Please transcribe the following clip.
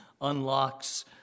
unlocks